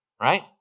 right